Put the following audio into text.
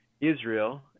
Israel